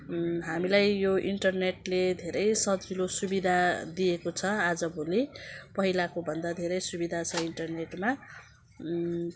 हामीलाई यो इन्टरनेटले धेरै सजिलो सुविधा दिएको छ आजभोलि पहिलाको भन्दा धेरै सुविधा छ इन्टरनेटमा